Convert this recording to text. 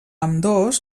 ambdós